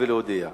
להודיע.